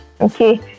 okay